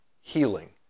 healing